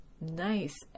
nice